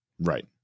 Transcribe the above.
right